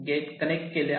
gate connect केले आहे